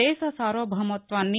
దేశ సార్వభౌమత్వాన్ని